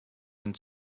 einen